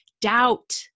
doubt